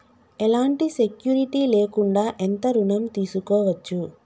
ఎలాంటి సెక్యూరిటీ లేకుండా ఎంత ఋణం తీసుకోవచ్చు?